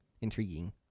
Intriguing